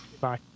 Bye